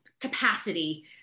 capacity